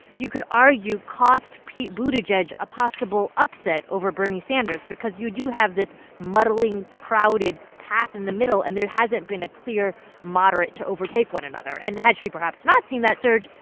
you could argue, cost pete buttigieg a possible upset over bernie sanders because you do have this muddling, crowded path in the middle. and there hasn't been a clear moderate to overtake one another. and had she, perhaps, not seen that surge,